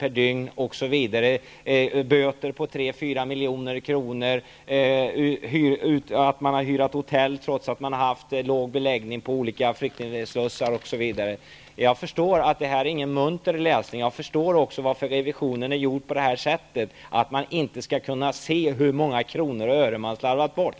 per dygn, böter på 3--4 milj.kr., att man har hyrt hotell trots att man har haft låg beläggning på olika flyktingslussar osv. Jag förstår att det här inte är någon munter läsning. Jag förstår också varför revisionen är gjord på det här sättet så att man inte skall kunna se hur många kronor och ören som har slarvats bort.